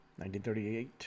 1938